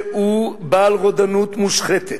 שהוא בעל רודנות מושחתת,